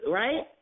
right